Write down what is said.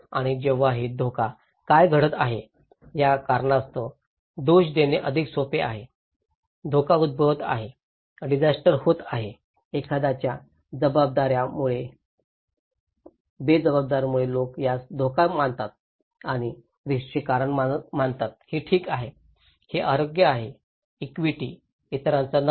आणि जेव्हा हे धोका का घडत आहे या कारणास्तव दोष देणे अधिक सोपे आहे धोका उद्भवत आहे डिजास्टर होत आहे एखाद्याच्या जबाबदा someone्यामुळेच लोक यास जास्त धोका मानतात आणि रिस्कचे कारण मानतात हे ठीक आहे हे अयोग्य आहे इक्विटी इतरांचा नफा